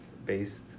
based